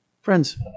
Friends